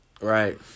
Right